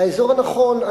האזור הנכון,